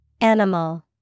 Animal